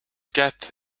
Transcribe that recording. get